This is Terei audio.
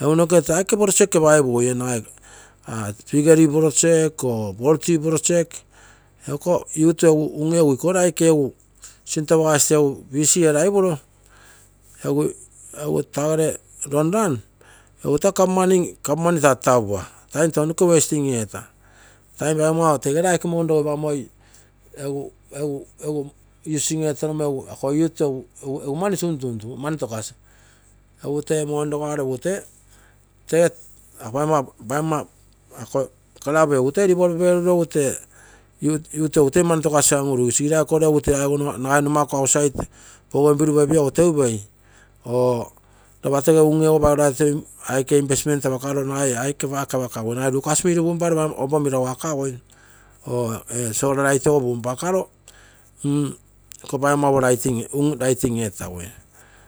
Egu noke aike project opaipugui piggery project poultry project egu iko youth egu ikoge busy etaro egu tagere longrun egu taa government tatapua. time tounoke wasting eeta. time paigommago ikogere aike money rogoipamoi using extoromo egu ako youth egu mani tuntuntu, mani tokasi egu tee money rogago ako club egu tee youth egu tee mani tokasigas toi un-urui, sigiral koro egu tee numaku outside bougainville upepiogo egu toi upei tege ungego egu tee investment apakaro nagai iucasmill punpagui or solar light ogo punpakaro ako paigomma un lighting etagui.